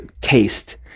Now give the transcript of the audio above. taste